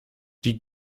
die